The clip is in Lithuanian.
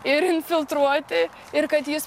ir infiltruoti ir kad jis